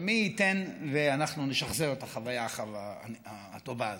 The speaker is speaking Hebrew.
ומי ייתן ואנחנו נשחזר את החוויה הטובה הזאת.